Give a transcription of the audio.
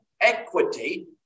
equity